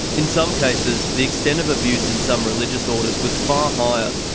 in some cases the extent of abuse in some religious orders was far higher,